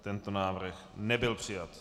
Tento návrh nebyl přijat.